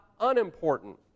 unimportant